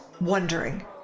wondering